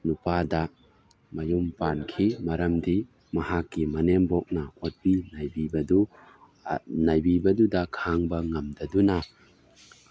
ꯅꯨꯄꯥꯗ ꯃꯌꯨꯝ ꯄꯥꯟꯈꯤ ꯃꯔꯝꯗꯤ ꯃꯍꯥꯛꯀꯤ ꯃꯅꯦꯝꯄꯣꯛꯅ ꯑꯣꯠꯄꯤ ꯅꯩꯕꯤꯕꯗꯨ ꯅꯩꯕꯤꯕꯗꯨꯗ ꯈꯥꯡꯕ ꯉꯝꯗꯗꯨꯅ